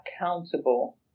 accountable